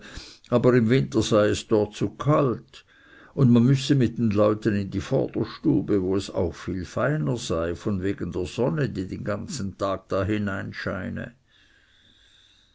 aber im winter sei es dort zu kalt und man müsse mit den leuten in die vorderstube wo es auch viel freiner sei von wegen der sonne die den ganzen tag da hineinscheine